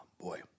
boy